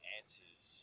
answers